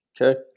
Okay